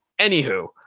Anywho